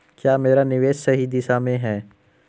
क्या मेरा निवेश सही दिशा में है?